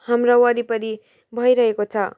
हाम्रा वरिपरि भइरहेको छ